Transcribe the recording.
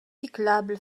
cyclable